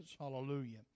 Hallelujah